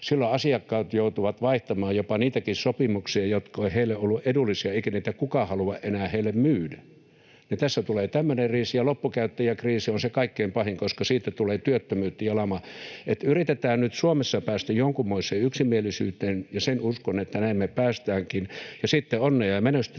silloin asiakkaat joutuvat vaihtamaan jopa niitäkin sopimuksia, jotka ovat heille olleet edullisia, eikä niitä kukaan halua enää heille myydä. Silloin tässä tulee tämmöinen kriisi, ja loppukäyttäjäkriisi on se kaikkein pahin, koska siitä tulee työttömyyttä ja lama. Yritetään nyt Suomessa päästä jonkunmoiseen yksimielisyyteen, ja sen uskon, että näin me päästäänkin, ja sitten onnea ja menestystä